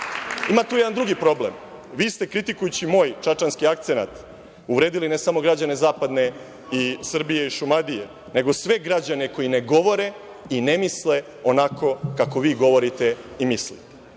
tu jedan drugi problem. Vi ste, kritikujući moj čačanski akcenat, uvredili ne samo građane zapadne Srbije i Šumadije, nego sve građane koji ne govore i ne misle onako kako vi govorite i mislite. Ponosim